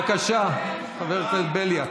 בבקשה, חבר הכנסת בליאק.